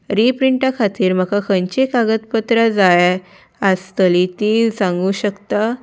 रीप्रिंटा खातीर म्हाका खंयचीं कागदपत्रां जाय आसतलीं तीं सांगूं शकता